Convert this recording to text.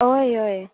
हय हय